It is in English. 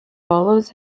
follows